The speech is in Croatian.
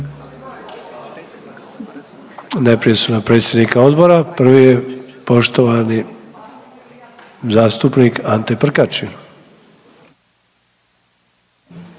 Najprije su nam predsjednik odbora. Prvi je poštovani zastupnik Ante Prkačin.